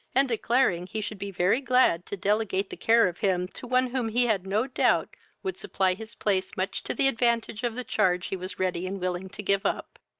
and declaring he should be very glad to delegate the care of him to one whom he had no doubt would supply his place much to the advantage of the charge he was ready and willing to give up.